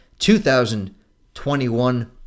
2021